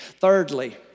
Thirdly